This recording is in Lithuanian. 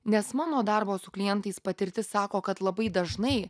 nes mano darbo su klientais patirtis sako kad labai dažnai